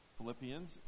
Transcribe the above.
Philippians